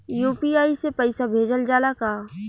UPI से पईसा भेजल जाला का?